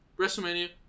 WrestleMania